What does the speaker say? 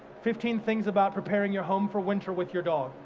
fifteen things about preparing your home for winter with your dog,